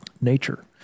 nature